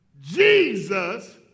Jesus